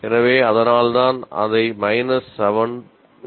எனவே அதனால்தான் அதை மைனஸ் 7